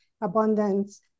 Abundance